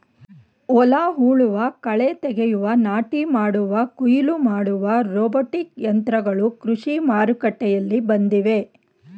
ಹೊಲ ಉಳುವ, ಕಳೆ ತೆಗೆಯುವ, ನಾಟಿ ಮಾಡುವ, ಕುಯಿಲು ಮಾಡುವ ರೋಬೋಟಿಕ್ ಯಂತ್ರಗಳು ಕೃಷಿ ಮಾರುಕಟ್ಟೆಯಲ್ಲಿ ಬಂದಿವೆ